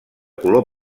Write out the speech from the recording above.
color